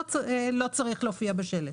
לא צריך להופיע בשלט.